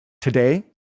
today